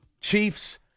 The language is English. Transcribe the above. Chiefs